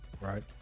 right